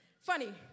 funny